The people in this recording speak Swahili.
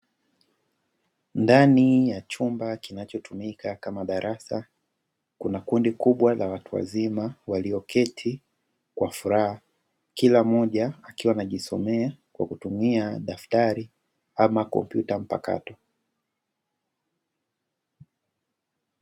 Ndani ya chumba kinachotumika kama darasa, kuna kundi kubwa la watu wazima walioketi kwa furaha, kila mmoja akiwa amejisomea kwa kutumia daftari ama kompyuta mpakato.